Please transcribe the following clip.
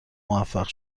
موفق